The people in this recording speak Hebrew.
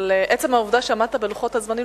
על עצם העובדה שעמדת בלוח הזמנים,